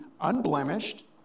unblemished